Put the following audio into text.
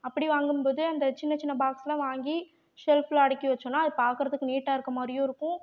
அப்படி வாங்கும் போது அந்த சின்ன சின்ன பாக்ஸ்லாம் வாங்கி ஷெல்ஃபில் அடுக்கி வெச்சோம்னா அது பாக்கிறதுக்கு நீட்டாக இருக்க மாதிரியும் இருக்கும்